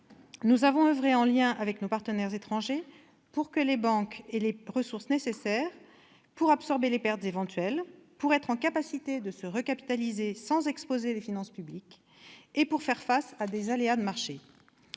nous avons oeuvré, en lien avec nos partenaires étrangers, pour que les banques aient les ressources nécessaires pour absorber les pertes éventuelles, pour être en capacité de se recapitaliser sans exposer les finances publiques et pour faire face à des aléas de marché.